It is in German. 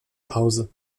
pause